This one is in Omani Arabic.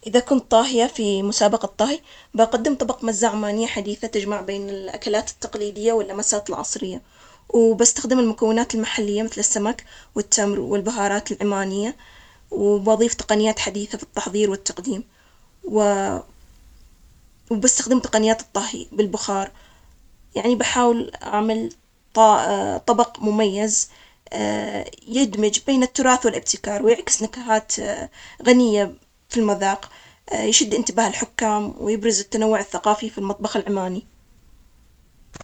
أنا إذا كنت طاهي فمسابقة طهي, هقدم مجبوس الدجاج، هذا الطبق مشهور في عمان وله نكهة غنية ومميزة, واستخدام توابل محلية مثل الهيل والزعفران ورز البسمتي, وأقدمه مع سلطة خضار طازجة, أعتقد أنه حسيفوز, لأنه يجسد التراث العماني ويجمع بين الطعم اللذيذ والتقديم الجميل, حتى يجذب لجنة التحكيم.